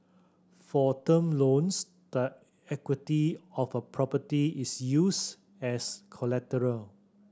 for term loans the equity of a property is used as collateral